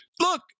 look